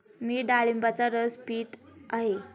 मी डाळिंबाचा रस पीत आहे